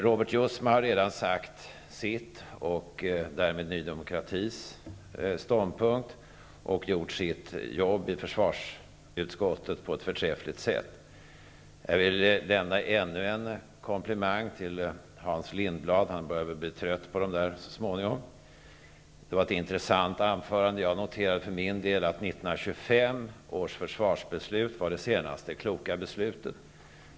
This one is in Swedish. Robert Jousma har redan sagt sitt och framfört Ny demokratis ståndpunkt. Han har därmed gjort sitt jobb i försvarsutskottet på ett förträffligt sätt. Jag vill lämna ännu en komplimang till Hans Lindblad. Han börjar väl så småningom bli trött på komplimanger. Hans anförande var intressant. Jag noterade för min del att 1925 års försvarsbeslut var det senaste kloka beslutet.